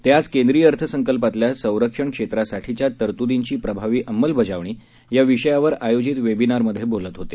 ते आज केंद्रीय अर्थसंकल्पातल्या संरक्षण क्षेत्रासाठीच्या तरतुदींची प्रभावी अंमलबजावणी या विषयावर आयोजित वेबिनारमधे बोलत होते